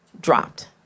dropped